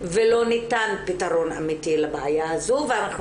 ולא ניתן פתרון אמיתי לבעיה הזו ואנחנו